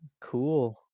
cool